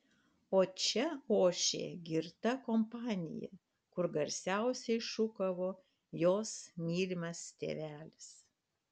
o čia ošė girta kompanija kur garsiausiai šūkavo jos mylimas tėvelis